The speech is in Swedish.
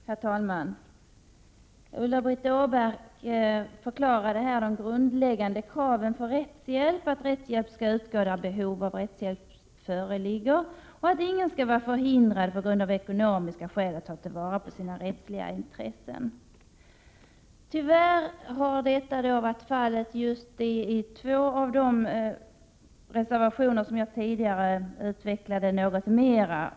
Herr talman! Ulla-Britt Åbark förklarade här de grundläggande kraven för att rättshjälp skall utgå, dvs. när behov av rättshjälp föreligger och att ingen skall vara förhindrad av ekonomiska skäl att ta till vara sina rättsliga intressen. Tyvärr har dessa möjligheter begränsats i några fall, som tas upp i två reservationer som jag tidigare utvecklade litet mera.